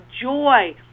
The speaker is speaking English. joy